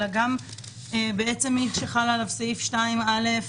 אלא סעיפים 2(א),